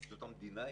זאת המדינה היחידה,